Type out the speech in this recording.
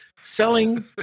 selling